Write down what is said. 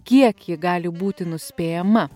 kiek ji gali būti nuspėjama